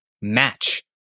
match